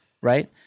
right